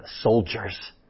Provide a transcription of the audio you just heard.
soldiers